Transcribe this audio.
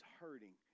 hurting